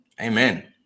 amen